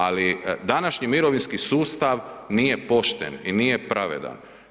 Ali današnji mirovinski sustav nije pošten i nije pravedan.